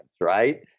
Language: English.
right